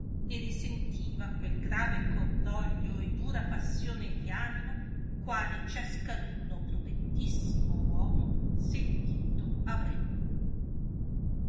e ne sentiva quel grave cordoglio e dura passione di animo quale ciascaduno prudentissimo uomo sentito arrebbe